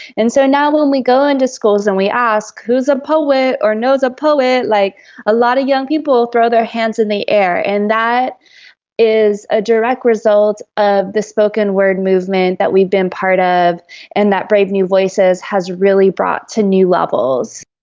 and so now when we go into schools and we ask who is a poet or knows a poet, like a lot of young people throw their hands in the air, and that is a direct result of the spoken word movement that we've been part of and that brave new voices has really brought to new levels.